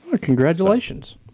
Congratulations